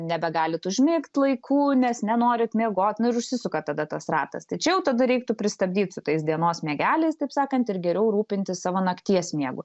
nebegalit užmigt laikų nes nenorit miegot nu ir užsisuka tada tas ratas tai čia jau tada reiktų pristabdyt su tais dienos miegeliais taip sakant ir geriau rūpintis savo nakties miegų